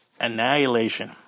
annihilation